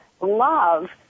love